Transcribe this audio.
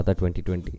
2020